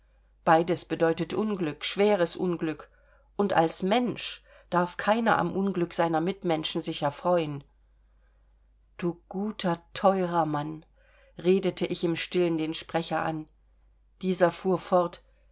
beides bedeutet unglück schweres unglück und als mensch darf keiner am unglück seiner mitmenschen sich erfreuen du guter teurer mann redete ich im stillen den sprecher an dieser fuhr fort